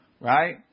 right